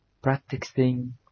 Practicing